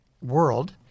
world